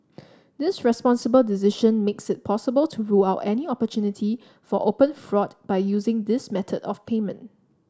this responsible decision makes it possible to rule out any opportunity for open fraud by using this method of payment